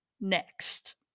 Next